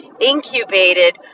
incubated